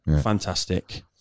Fantastic